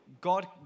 God